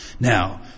Now